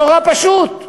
נורא פשוט.